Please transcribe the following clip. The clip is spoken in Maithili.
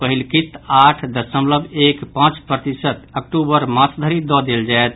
पहिल किस्त आठ दशमलव एक पांच प्रतिशत अक्टूबर मास धरि दऽ देल जायत